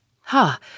Ha